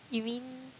you mean